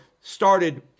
started